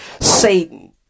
Satan